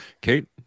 Kate